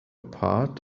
part